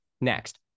Next